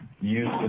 use